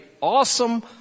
awesome